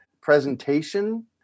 presentation